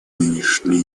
нынешние